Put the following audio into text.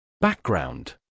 Background